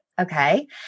okay